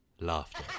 laughter